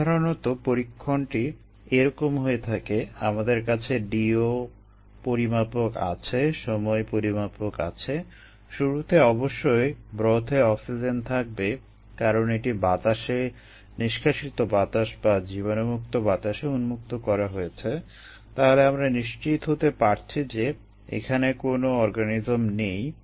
সাধারণত পরীক্ষণটি এরকম হয়ে থাকে আমাদের কাছে DO পরিমাপক আছে সময় পরিমাপক আছে শুরুতে অবশ্যই ব্রথে অক্সিজেন থাকবে কারণ এটি বাতাসে নিষ্কাশিত বাতাস বা জীবাণুমুক্ত বাতাসে উন্মুক্ত করা হয়েছে তাহলে আমরা নিশ্চিত হতে পারছি যে এখানে কোনো অর্গানিজম নেই